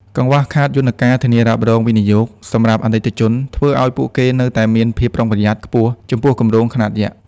កង្វះខាតយន្តការ "ធានារ៉ាប់រងវិនិយោគ" សម្រាប់អាណិកជន ធ្វើឱ្យពួកគេនៅតែមានភាពប្រុងប្រយ័ត្នខ្ពស់ចំពោះគម្រោងខ្នាតយក្ស។